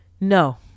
no